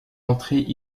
entrer